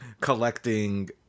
collecting